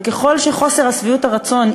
וככל שחוסר שביעות הרצון,